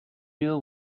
deal